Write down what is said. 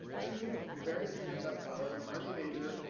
two very senior test pilots, an army major,